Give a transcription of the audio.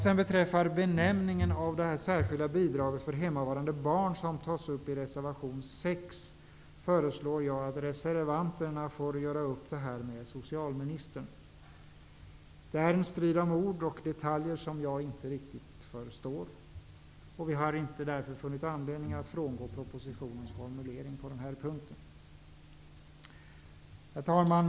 Vad beträffar benämningen av det särskilda bidraget för hemmavarande barn, som tas upp i reservation nr 6, föreslår jag att reservanterna får göra upp det med socialministern. Det är en strid om ord och detaljer som jag inte riktigt förstår. Vi har därför inte funnit anledning att frångå propositionens formulering på denna punkt. Herr talman!